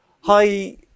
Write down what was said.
Hi